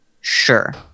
sure